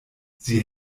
sie